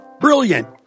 brilliant